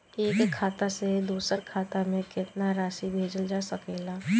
एक खाता से दूसर खाता में केतना राशि भेजल जा सके ला?